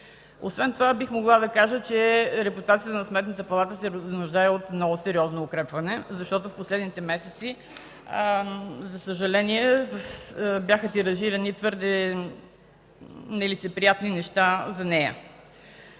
Освен това бих могла да кажа, че репутацията на Сметната палата се нуждае от много сериозно укрепване, защото в последните месеци, за съжаление, бяха тиражирани твърде нелицеприятни неща за нея.